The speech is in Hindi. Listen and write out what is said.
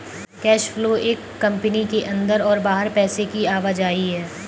कैश फ्लो एक कंपनी के अंदर और बाहर पैसे की आवाजाही है